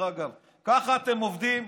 ככה אתם עובדים.